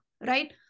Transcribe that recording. right